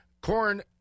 corn